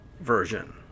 version